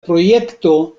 projekto